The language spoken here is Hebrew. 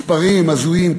מספרים הזויים.